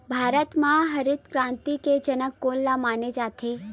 भारत मा हरित क्रांति के जनक कोन ला माने जाथे?